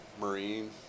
marine